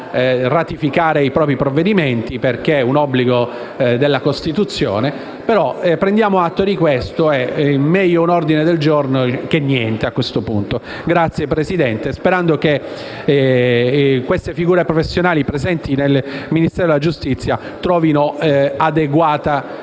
solamente per ratificare i propri provvedimenti perché è un obbligo della Costituzione. Prendiamo atto di questo: è meglio un ordine del giorno che niente. Presidente, spero che queste figure professionali presenti nel Ministero della giustizia trovino adeguata